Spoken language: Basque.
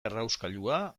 errauskailua